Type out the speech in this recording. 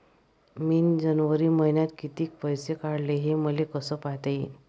मिन जनवरी मईन्यात कितीक पैसे काढले, हे मले कस पायता येईन?